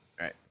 Right